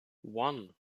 one